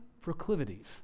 proclivities